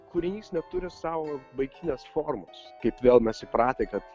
kūrinys neturi sau baigtinės formos kaip vėl mes įpratę kad